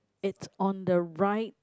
it's on the right